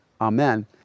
Amen